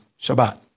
Shabbat